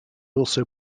also